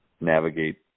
navigate